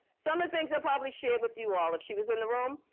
some of the things i probably shared with you all, if she was in the room,